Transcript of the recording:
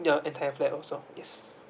ya entire flat also yes